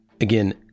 Again